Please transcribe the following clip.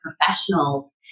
professionals